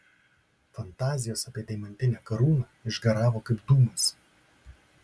fantazijos apie deimantinę karūną išgaravo kaip dūmas